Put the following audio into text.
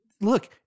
look